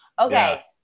Okay